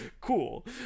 Cool